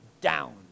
Down